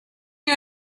you